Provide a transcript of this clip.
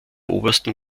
obersten